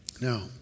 Now